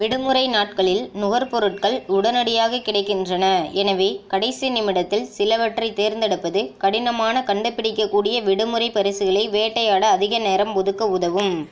விடுமுறை நாட்களில் நுகர்பொருட்கள் உடனடியாகக் கிடைக்கின்றன எனவே கடைசி நிமிடத்தில் சிலவற்றைத் தேர்ந்தெடுப்பது கடினமான கண்டுபிடிக்கக்கூடிய விடுமுறை பரிசுகளை வேட்டையாட அதிக நேரம் ஒதுக்க உதவும்